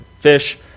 fish